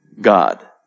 God